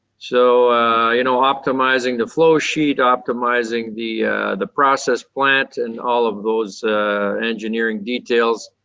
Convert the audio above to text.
so you know optimising the flow-sheet, optimising the the process plant, and all of those engineering details.